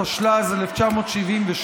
התשל"ז 1977,